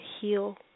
heal